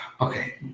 Okay